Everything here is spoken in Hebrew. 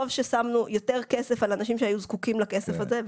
טוב ששמנו יותר כסף על אנשים שהיו זקוקים לכסף הזה,